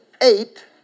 eight